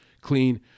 clean